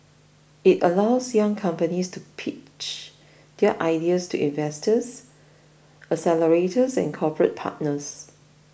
it allows young companies to pitch their ideas to investors accelerators and corporate partners